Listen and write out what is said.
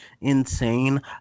insane